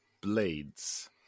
blades